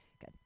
Good